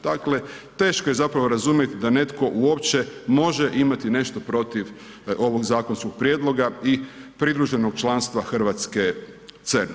Dakle teško je zapravo razumjeti da netko uopće može imati nešto protiv ovog zakonskog prijedloga i pridruženog članstva Hrvatske CERN-u.